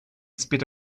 spit